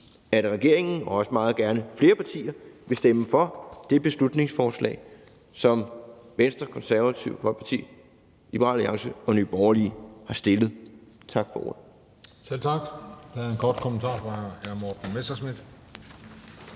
at regeringen og også meget gerne flere partier vil stemme for det beslutningsforslag, som Venstre, Det Konservative Folkeparti, Liberal Alliance og Nye Borgerlige har fremsat. Tak for ordet. Kl. 13:42 Den fg. formand (Christian Juhl):